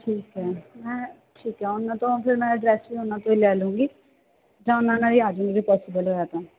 ਠੀਕ ਹੈ ਮੈਂ ਠੀਕ ਹੈ ਉਹਨਾਂ ਤੋਂ ਫਿਰ ਮੈਂ ਐਡਰੈੱਸ ਵੀ ਉਹਨਾਂ ਤੋਂ ਹੀ ਲੈ ਲਉਂਗੀ ਜਾਂ ਉਹਨਾਂ ਨਾਲ ਹੀ ਆ ਜਾਉਂਗੀ ਪੋਸੀਬਲ ਹੋਇਆ ਤਾਂ